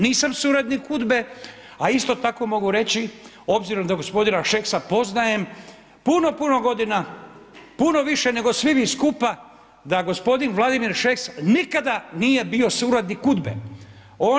Nisam suradnik UDBA-e, a isto tako mogu reći obzirom da gospodina Šeksa poznajem puno, puno godina, puno više nego svi mi skupa, da gospodin Vladimir Šeks nikada nije bio suradnik UDBA-e.